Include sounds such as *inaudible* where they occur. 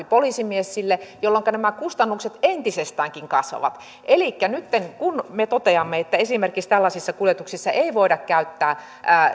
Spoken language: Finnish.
*unintelligible* poliisimies jolloinka nämä kustannukset entisestäänkin kasvavat elikkä nytten kun me toteamme että esimerkiksi tällaisissa kuljetuksissa ei voida käyttää